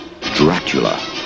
Dracula